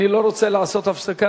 אני לא רוצה לעשות הפסקה,